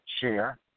share